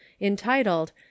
entitled